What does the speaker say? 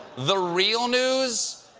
the real news?